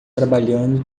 trabalhando